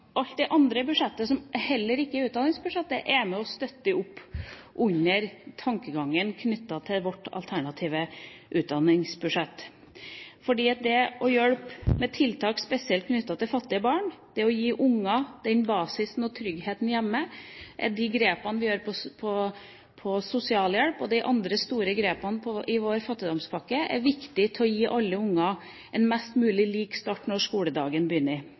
alt det andre i budsjettet – ikke bare utdanningsbudsjettet – er med og støtter opp under tankegangen knyttet til vårt alternative utdanningsbudsjett. For det å hjelpe med tiltak spesielt knyttet til fattige unger, det å gi dem basisen og tryggheten hjemme, er de grepene vi gjør på sosialhjelp. De andre store grepene i vår fattigdomspakke er viktig for å gi alle unger en mest mulig lik start når skoledagen begynner.